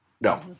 No